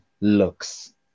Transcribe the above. looks